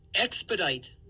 expedite